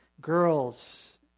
girls